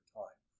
time